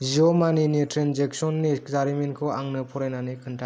जिअ' मानि नि ट्रेन्जेकसननि जारिमिनखौ आंनो फरायनानै खोन्था